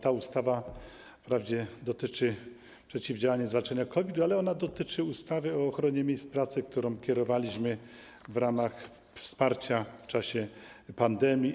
Ta ustawa wprawdzie dotyczy przeciwdziałania i zwalczania COVID, ale dotyczy też ustawy o ochronie miejsc pracy, którą kierowaliśmy w ramach wsparcia w czasie pandemii.